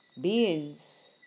Beings